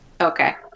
Okay